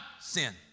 Sin